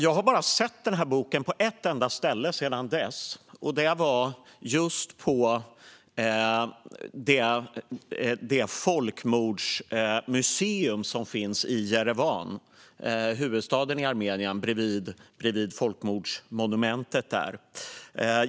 Jag har bara sett denna bok på ett enda ställe sedan dess, och det var just på det folkmordsmuseum som finns i Jerevan, huvudstaden i Armenien, bredvid folkmordsmonumentet.